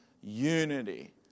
unity